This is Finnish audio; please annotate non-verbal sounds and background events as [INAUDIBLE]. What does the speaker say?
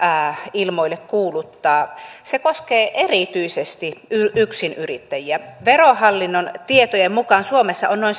ilmoille kuuluttaa se koskee erityisesti yksinyrittäjiä verohallinnon tietojen mukaan suomessa on noin [UNINTELLIGIBLE]